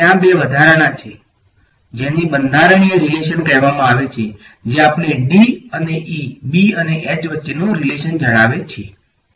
ત્યાં બે વધારાના છે જેને બંધારણીય રીલેશન કહેવામાં આવે છે જે આપણને D અને E B અને H વચ્ચેનો રીલેશન જણાવે છે